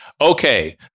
Okay